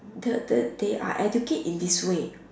the the they are educate in this way